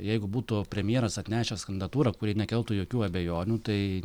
jeigu būtų premjeras atnešęs kandidatūrą kuri nekeltų jokių abejonių tai